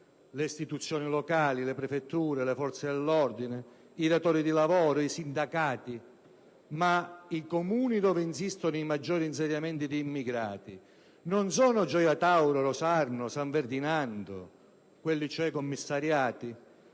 Le istituzioni locali, le prefetture, le forze dell'ordine, i datori di lavoro, i sindacati? Ma i Comuni dove insistono i maggiori insediamenti di immigrati non sono Gioia Tauro, Rosarno, San Ferdinando, quelli cioè commissariati?